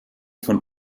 von